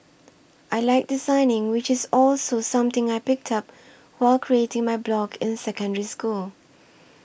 I like designing which is also something I picked up while creating my blog in Secondary School